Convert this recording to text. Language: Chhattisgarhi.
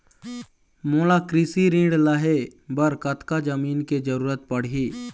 मोला कृषि ऋण लहे बर कतका जमीन के जरूरत पड़ही?